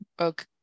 okay